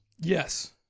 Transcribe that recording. Yes